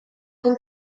con